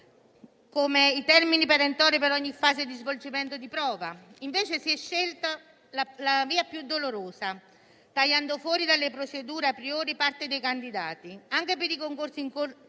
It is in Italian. come i termini perentori per ogni fase di svolgimento di prova; si è scelta invece la via più dolorosa, tagliando fuori dalle procedure *a priori* parte dei candidati, anche per i concorsi in corso